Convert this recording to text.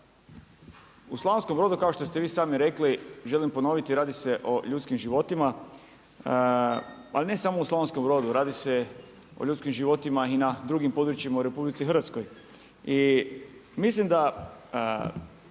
U Slavonskom Brodu kao što ste vi sami rekli, želim ponoviti radi se o ljudskim životima, ali ne samo u Slavonskom Brodu, radi se o ljudskim životima i na drugim područjima u RH. I mislim da